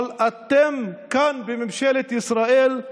אבל אתם כאן, בממשלת ישראל,